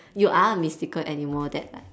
you are a mystical animal that like